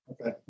Okay